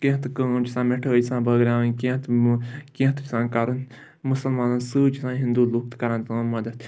کینٛہہ تہِ کٲم چھِ آسان مٹھٲے چھِ آسان بٲگراوٕنۍ کینٛہہ تہِ کینٛہہ تہِ چھِ آسان کَرُن مُسلمانَن سۭتۍ چھِ آسان ہِندوٗ لُکھ تہِ کَران تِمَن مَدَت